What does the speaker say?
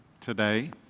today